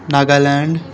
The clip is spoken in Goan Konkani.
नागालैंड